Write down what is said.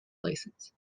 license